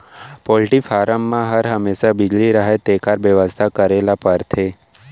poultry farm म हर हमेसा बिजली रहय तेकर बेवस्था करे ल परथे